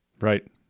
Right